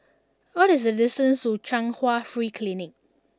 what is the distance to Chung Hwa Free Clinic